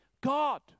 God